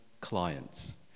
clients